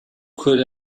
could